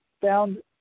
found